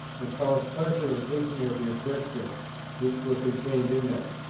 and found pleasure in thinking of the objections which were contained in them.